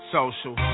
Social